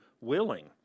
willing